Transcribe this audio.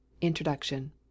Introduction